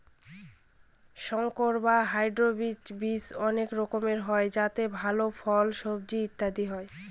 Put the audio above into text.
সংকর বা হাইব্রিড বীজ অনেক রকমের হয় যাতে ভাল ফল, সবজি ইত্যাদি হয়